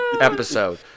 episode